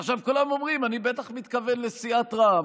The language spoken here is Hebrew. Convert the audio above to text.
עכשיו כולם אומרים שאני בטח מתכוון לסיעת רע"מ,